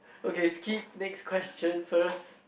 okay skip next question first